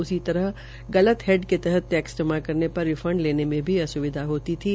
उसी तरह गलत हेड के तहत टैक्स जमा करने पर रिफंड लेने में भी असुविधा हफ्ती थी